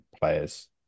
players